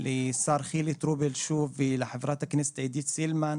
שוב לשר חילי טרופר ולחברת הכנסת עידית סילמן,